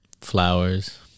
Flowers